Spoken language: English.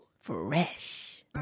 fresh